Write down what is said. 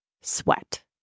sweat